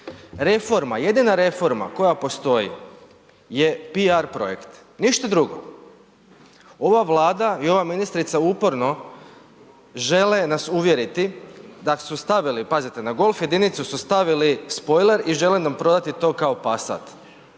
jedina reforma koja postoji je piar projekt, ništa drugo. Ova Vlada i ova ministrica uporno žele nas uvjeriti da su stavili, pazite, na Golf jedinicu su stavili spojler i žele nam prodati to kao Passat,